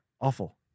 awful